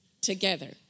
together